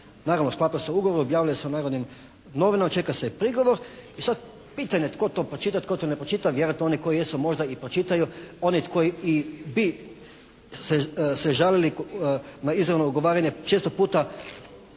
naravno sklapa se ugovor, objavljuje se u "Narodnim novinama", čeka se prigovor i sad pitanje tko to pročita, tko to ne pročita, vjerojatno oni koji jesu možda i pročitaju, oni koji i bi se žalili na izravno ugovaranje često puta